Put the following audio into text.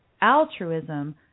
altruism